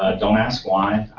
ah don't ask why,